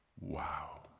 Wow